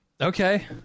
Okay